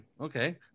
okay